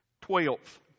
Twelfth